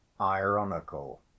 ironical